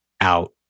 out